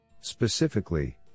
Specifically